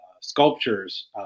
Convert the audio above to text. sculptures